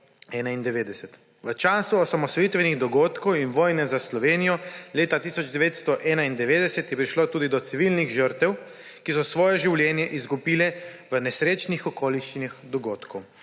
V času osamosvojitvenih dogodkov in vojne za Slovenijo leta 1991 je prišlo tudi do civilnih žrtev, ki so svoje življenje izgubile v nesrečnih okoliščinah dogodkov,